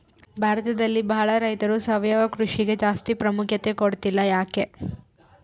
ಭಾರತದಲ್ಲಿ ಬಹಳ ರೈತರು ಸಾವಯವ ಕೃಷಿಗೆ ಜಾಸ್ತಿ ಪ್ರಾಮುಖ್ಯತೆ ಕೊಡ್ತಿಲ್ಲ ಯಾಕೆ?